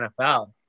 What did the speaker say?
NFL